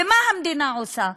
ומה המדינה עושה?